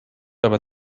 aber